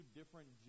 different